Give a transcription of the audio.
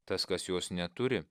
tas kas jos neturi